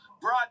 brought